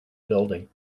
building